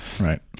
right